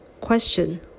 Question